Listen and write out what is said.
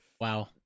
Wow